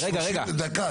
דקה,